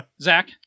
Zach